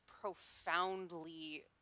profoundly